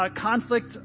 conflict